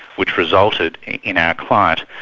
which resulted in our client,